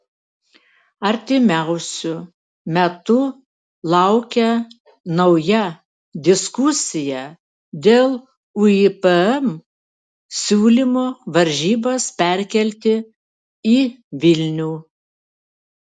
artimiausiu metu laukia nauja diskusija dėl uipm siūlymo varžybas perkelti į vilnių